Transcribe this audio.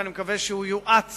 ואני מקווה שהוא יואץ